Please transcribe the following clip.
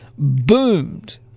boomed